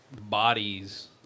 bodies